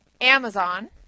amazon